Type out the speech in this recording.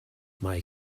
mae